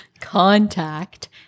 Contact